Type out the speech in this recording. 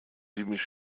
ziemlich